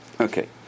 Okay